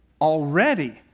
already